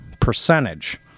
percentage